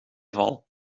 val